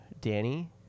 Danny